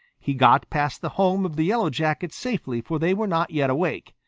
he got past the home of the yellow jackets safely, for they were not yet awake.